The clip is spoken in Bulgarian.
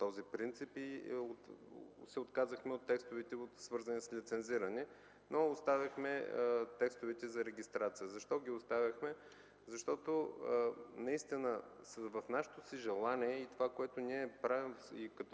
този принцип и се отказахме от текстовете, свързани с лицензиране, но оставихме текстовете за регистрация. Защо ги оставихме? Защото наистина нашето желание е това, което правим и като